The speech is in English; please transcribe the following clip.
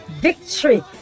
victory